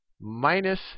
minus